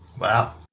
Wow